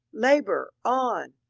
labonr on!